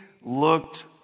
looked